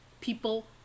people